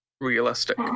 Realistic